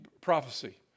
Prophecy